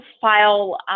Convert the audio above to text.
file